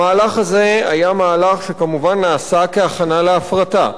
המהלך הזה היה מהלך שכמובן נעשה כהכנה להפרטה,